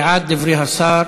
בעד דברי השר,